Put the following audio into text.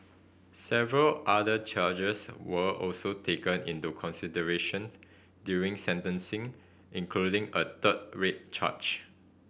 several other charges were also taken into consideration during sentencing including a third rape charge